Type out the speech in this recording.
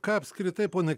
ką apskritai ponia